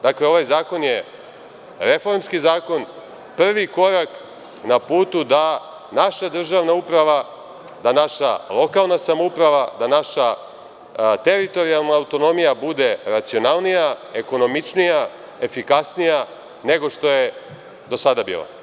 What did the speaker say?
Dakle, ovaj zakon je reformski zakon, prvi korak na putu da naša državna uprava, da naša lokalna samouprava, da naša teritorijalna autonomija bude racionalnija, ekonomičnija, efikasnija nego što je do sada bila.